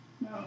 no